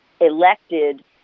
elected